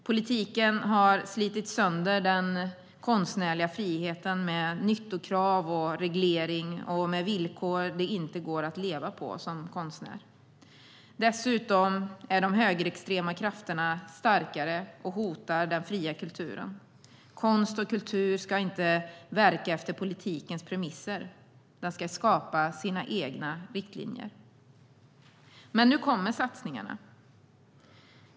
Politiken har slitit sönder den konstnärliga friheten med nyttokrav, reglering och villkor det inte går att leva på som konstnär. Dessutom är de högerextrema krafterna starkare och hotar den fria kulturen. Konst och kultur ska inte verka efter politikens premisser. Den ska skapa sina egna riktlinjer. Men nu kommer satsningarna.